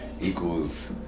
equals